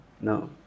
No